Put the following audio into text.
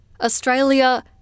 Australia